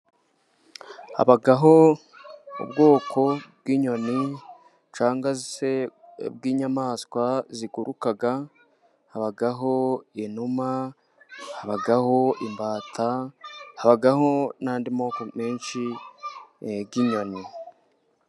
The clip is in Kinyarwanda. Habaho ubwoko bw'inyoni cyangwa se bw'inyamaswa ziguruka habaho inuma, habaho imbata, habaho n'andi moko menshi y'inyoni.